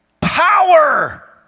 power